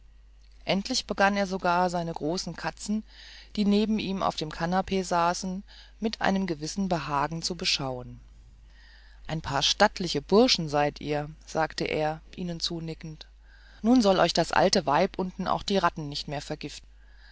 endlich begann er sogar seine großen katzen die neben ihm auf dem kanapee saßen mit einem gewissen behagen zu beschauen ein paar stattliche burschen seid ihr sagte er ihnen zunickend nun soll euch das alte weib unten auch die ratten nicht mehr vergiften